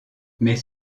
mais